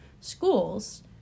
schools